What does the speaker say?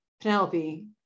Penelope